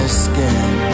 skin